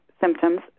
symptoms